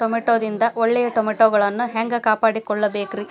ಟಮಾಟೊದಿಂದ ಒಳ್ಳೆಯ ಟಮಾಟೊಗಳನ್ನು ಹ್ಯಾಂಗ ಕಾಪಾಡಿಕೊಳ್ಳಬೇಕರೇ?